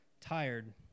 Tired